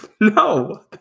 No